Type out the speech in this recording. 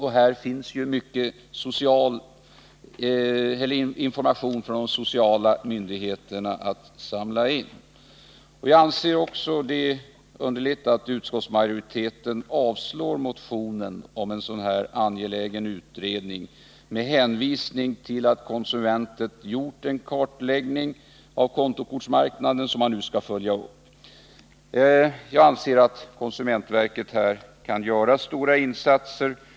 Här finns ju mycket information att samla in från de sociala myndigheterna. Jag anser det underligt att utskottsmajoriteten avstyrker motionen om en sådan här angelägen utredning med hänvisning till att konsumentverket har gjort en kartläggning av kontokortsmarknaden som det nu skall följa upp. Jag anser att konsumentverket kan göra stora insatser här.